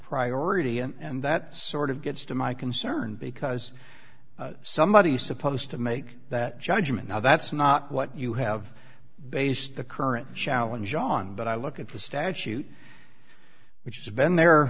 priority and that sort of gets to my concern because somebody is supposed to make that judgment now that's not what you have based the current challenge on but i look at the statute which is ben the